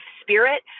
spirit